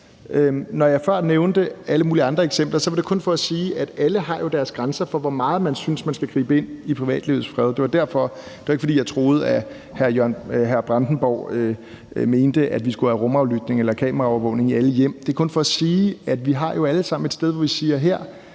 Når jeg før nævnte alle mulige andre eksempler, var det kun for at sige, at alle jo har deres grænser for, hvor meget man synes, man skal gribe ind i privatlivets fred. Det var derfor, det var ikke, fordi jeg troede, at hr. Bjørn Brandenborg mente, at vi skulle have rumaflytning eller kameraovervågning i alle hjem. Det er kun for at sige, at vi alle sammen har et sted, hvor vi siger,